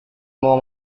mau